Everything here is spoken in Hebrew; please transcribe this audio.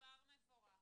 כבר מבורך.